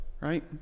Right